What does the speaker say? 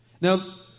Now